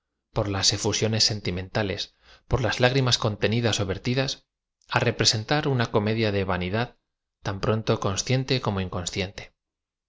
por las efusiones senti mentales por laa lágrimas contenidas ó vertidas á representar una com edia de vanidad tan pronto cons ciente como inconsciente